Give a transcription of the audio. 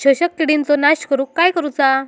शोषक किडींचो नाश करूक काय करुचा?